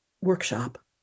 workshop